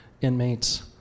inmates